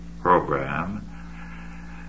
program